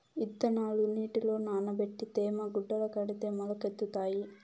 ఇత్తనాలు నీటిలో నానబెట్టి తేమ గుడ్డల కడితే మొలకెత్తుతాయి